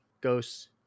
ghosts